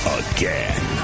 again